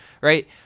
right